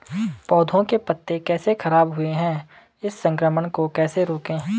पौधों के पत्ते कैसे खराब हुए हैं इस संक्रमण को कैसे रोकें?